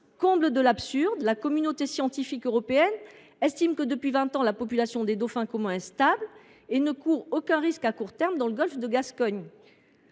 comble de l’absurdité, la communauté scientifique européenne estime que, depuis vingt ans, la population des dauphins communs est stable et ne court aucun risque à court terme dans le golfe de Gascogne.